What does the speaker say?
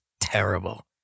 terrible